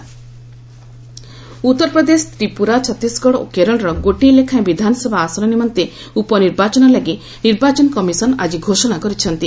EC bypolls Uttar Pradesh Tripura Chhattisgarh ଓ କେରଳର ଗୋଟିଏ ଲେଖାଏଁ ବିଧାନସଭା ଆସନ ନିମନ୍ତେ 'ଉପନିର୍ବାଚନ ଲାଗି ନିର୍ବାଚନ କମିଶନ ଆଜି ଘୋଷଣା କରିଛନ୍ତି